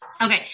Okay